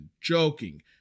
joking